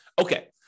Okay